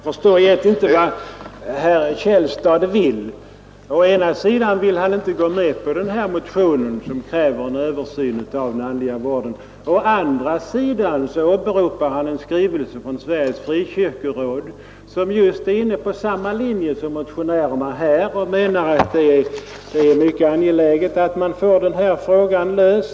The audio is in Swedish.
Herr talman! Jag förstår egentligen inte vad herr Källstad vill. Å ena sidan vill han inte gå med på yrkandet i motionen som kräver en översyn av den andliga vården, och å andra sidan åberopar han en skrivelse från Sveriges frikyrkoråd, som är inne på samma linje som motionärerna och anser att det är mycket angeläget att få den här frågan löst.